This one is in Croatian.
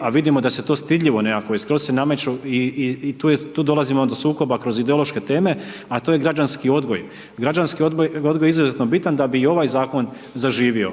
a vidimo da se to stidljivo nekako i skroz se nameću i tu dolazimo do sukoba kroz ideološke teme, a to je građanski odgoj, građanski odgoj je izuzetno bitan da bi i ovaj zakon zaživio.